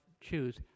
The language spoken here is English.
choose